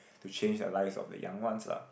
to change the lives of the young ones lah